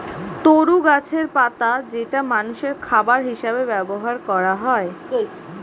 তরু গাছের পাতা যেটা মানুষের খাবার হিসেবে ব্যবহার করা হয়